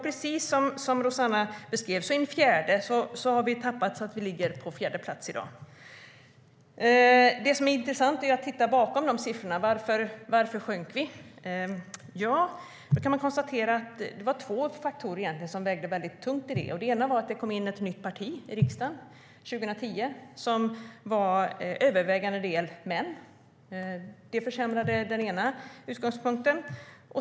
Precis som Rossana beskrev har vi i den fjärde tappat så att vi i dag ligger på fjärde plats. Det som är intressant är vad som finns bakom siffrorna. Varför sjönk vi? Man kan konstatera att det var två faktorer som vägde tungt. Den ena var att det kom in ett nytt parti i riksdagen 2010 vars ledamöter var övervägande män. Det försämrade den ena utgångspunkten.